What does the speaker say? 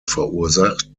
verursacht